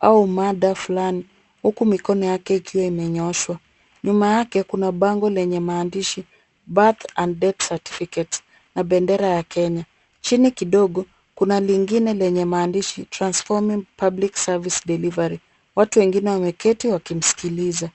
au mada fulani huku mikono yake ikiwa imenyooshwa. Nyuma yake kuna bango lenye maandishi birth and death certificates na bendera ya Kenya. Chini kidogo kuna lingine lenye maandishi transforming public service delivery . Watu wengine wameketi wakimsikiliza.